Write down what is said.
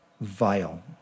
vile